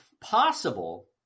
possible